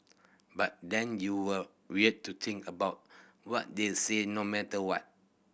but then you're wired to think about what they said no matter what